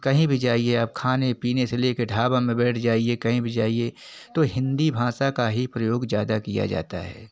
कहीं भी जाइए आप खाने पीने से लेकर ढाबा में बैठ जाइए कहीं भी जाइए तो हिंदी भाषा का ही प्रयोग ज़्यादा किया जाता है